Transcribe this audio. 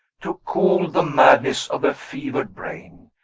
to cool the madness of a fevered brain.